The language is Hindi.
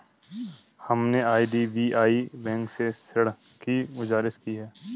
हमने आई.डी.बी.आई बैंक से ऋण की गुजारिश की है